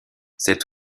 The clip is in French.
cet